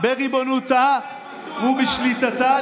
בריבונותה ובשליטתה,